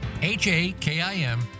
H-A-K-I-M